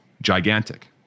gigantic